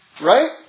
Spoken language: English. Right